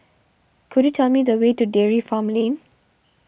could you tell me the way to Dairy Farm Lane